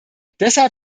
deshalb